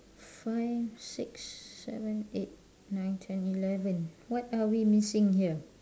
five six seven eight nine ten eleven what are we missing here